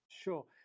Sure